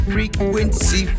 Frequency